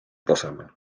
tasemel